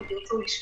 אם תרצו לשמוע,